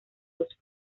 los